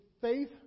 faith